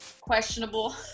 questionable